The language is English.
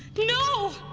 no!